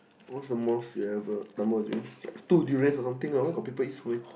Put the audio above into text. what's the most you ever number of durians like two durians or something lah where got people eat so many